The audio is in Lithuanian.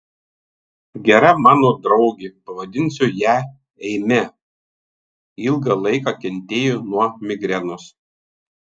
gera mano draugė pavadinsiu ją eime ilgą laiką kentėjo nuo migrenos